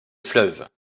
fleuve